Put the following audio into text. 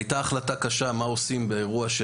הייתה החלטה קשה מה עושים באירוע,